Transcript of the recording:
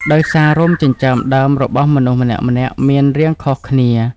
ដោយសារ រោមចិញ្ចើមដើមរបស់មនុស្សម្នាក់ៗមានរាងខុសគ្នា។